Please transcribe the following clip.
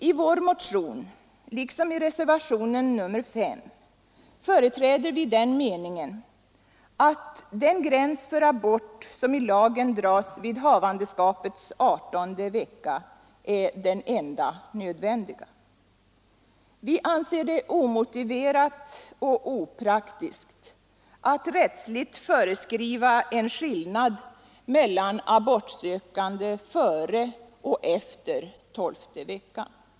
I vår motion liksom med reservationen 5 företräder vi den meningen att den gräns för abort som i lagen dras vid havandeskapets adertonde vecka är den enda nödvändiga. Vi anser det omotiverat och opraktiskt att rättsligt föreskriva en skillnad mellan abortsökande före och efter tolfte veckan.